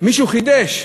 מישהו חידש.